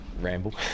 ramble